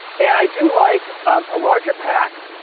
and i do like a larger pack.